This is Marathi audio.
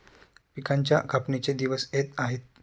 पिकांच्या कापणीचे दिवस येत आहेत